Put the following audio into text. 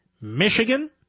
Michigan